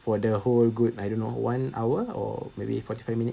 for the whole good I don't know one hour or maybe forty five minute